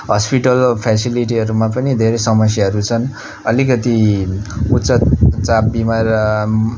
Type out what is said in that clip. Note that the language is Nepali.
हस्पिटल फेसिलिटीहरूमा पनि धेरै समस्याहरू छन् अलिकति उच्च चाप बिमार